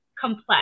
complex